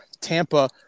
Tampa